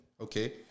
Okay